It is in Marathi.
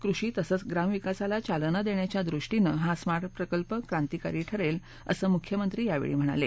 कृषी तसंच ग्राम विकासाला चालना देण्याच्या दृष्टीनं हा स्मार्ट प्रकल्प क्रांतिकारी ठरेल असं मुख्यमंत्री यावेळी म्हणाले